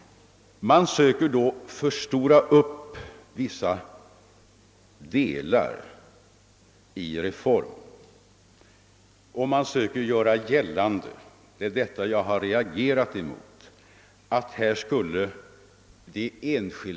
Man söker nu förstora upp vissa delar av reformen och gör gällande att de enskilda patienterna skulle komma i kläm.